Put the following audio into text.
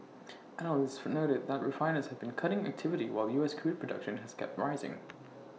analysts for noted that refiners have been cutting activity while U S crude production has kept rising